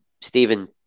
Stephen